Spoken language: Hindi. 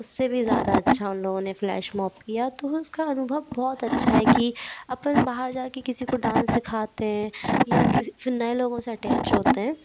उस से भी ज़्यादा अच्छा उन लोगों ने फ्लैशमॉब किया तो वो उसका अनुभव बहुत अच्छा है कि अपन बाहर जा के किसी को डांस सिखाते हैं या किसी नए लोगों से अटैच होते हैं